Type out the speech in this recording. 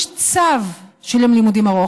יש צו של יום לימודים ארוך,